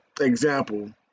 example